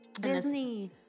Disney